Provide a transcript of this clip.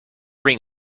ring